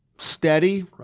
steady